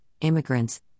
immigrants